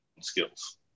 skills